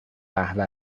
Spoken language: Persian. قهوه